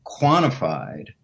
quantified